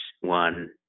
one